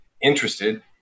interested